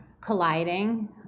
colliding